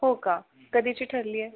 हो का कधीची ठरली आहे